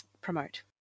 promote